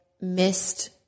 missed